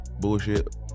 bullshit